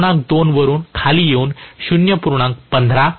2 वरून खाली येऊन 0